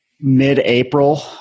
mid-April